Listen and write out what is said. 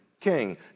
king